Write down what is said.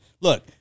Look